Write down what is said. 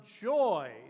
joy